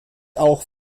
auch